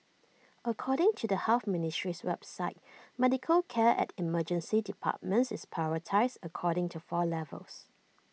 according to the health ministry's website medical care at emergency departments is prioritised according to four levels